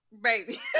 baby